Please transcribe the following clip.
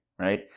Right